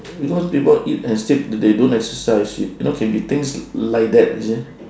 you know people eat and sleep they don't exercise you know can be things like that you see